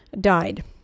died